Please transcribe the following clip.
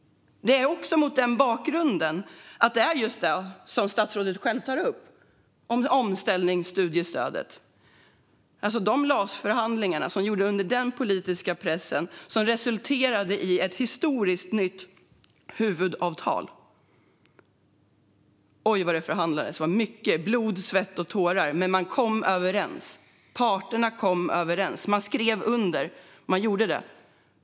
Detta gäller också det som statsrådet själv tar upp, nämligen omställningsstudiestödet. De LAS-förhandlingar som gjordes under den politiska pressen resulterade i ett historiskt nytt huvudavtal. Oj, vad det förhandlades. Det var mycket blod, svett och tårar, men man kom överens. Parterna kom överens, och man skrev under. Man gjorde det.